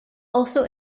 also